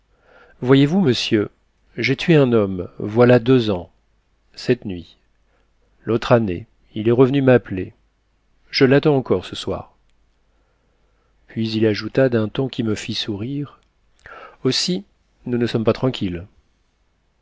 voyez-vous monsieur j'ai tué un homme voilà deux ans cette nuit l'autre année il est revenu m'appeler je l'attends encore ce soir puis il ajouta d'un ton qui me fit sourire aussi nous ne sommes pas tranquilles